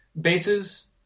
bases